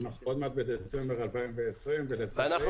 אנחנו עוד מעט בדצמבר 2020 -- ואנחנו